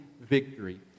victory